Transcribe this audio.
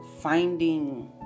finding